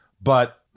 but-